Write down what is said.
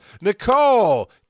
Nicole